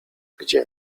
gdzie